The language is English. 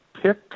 pick